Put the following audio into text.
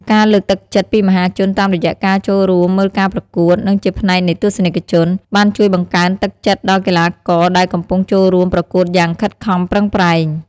ការលើកទឹកចិត្តពីមហាជន តាមរយៈការចូលរួមមើលការប្រកួត និងជាផ្នែកនៃទស្សនិកជន បានជួយបង្កើនទឹកចិត្តដល់កីឡាករដែលកំពុងចូលរួមប្រកួតយ៉ាងខិតខំប្រឹងប្រែង។